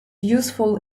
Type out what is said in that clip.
useful